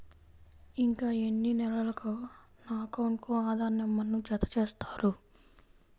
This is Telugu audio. ఇంకా ఎన్ని నెలలక నా అకౌంట్కు ఆధార్ నంబర్ను జత చేస్తారు?